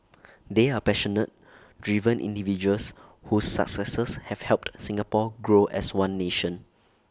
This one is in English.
they are passionate driven individuals whose successes have helped Singapore grow as one nation